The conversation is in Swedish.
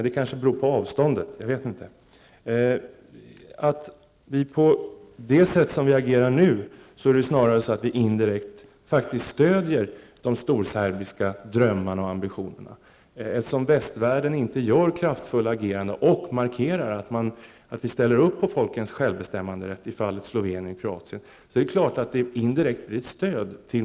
Det kanske beror på avståndet -- jag vet inte. Som vi agerar nu stöder vi faktiskt indirekt de storserbiska drömmarna och ambitionerna. Eftersom inte västvärlden agerar kraftfullt och markerar att man ställer upp på folkets självbestämmanderätt i fallen Slovenien och Kroatien tillhandahåller vi indirekt ett stöd till